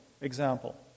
example